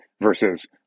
versus